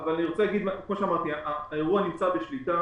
כמו שאמרתי, האירוע נמצא בשליטה.